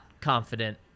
confident